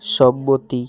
সম্মতি